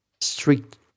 strict